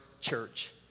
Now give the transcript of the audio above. church